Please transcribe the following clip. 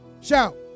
Shout